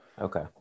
okay